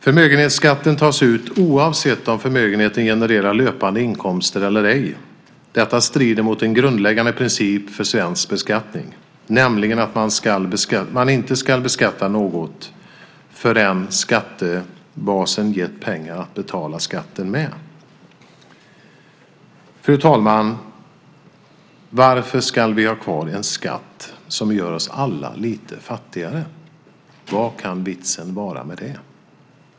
Förmögenhetsskatten tas ut oavsett om förmögenheten genererar löpande inkomster eller ej. Detta strider mot en grundläggande princip för svensk beskattning, nämligen att man inte ska beskatta något förrän skattebasen har gett pengar att betala skatten med. Fru talman! Varför ska vi ha kvar en skatt som gör oss alla lite fattigare? Vad kan vitsen vara med det?